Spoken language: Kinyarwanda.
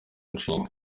nshinga